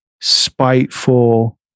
spiteful